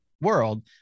world